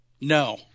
No